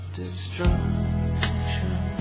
destruction